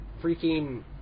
freaking